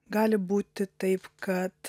gali būti taip kad